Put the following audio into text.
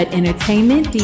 entertainment